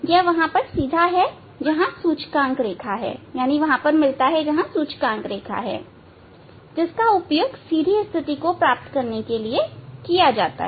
यह वहां सीधा है जहां सूचकांक रेखा है जिसका उपयोग सीधी स्थिति प्राप्त करने में किया जाता है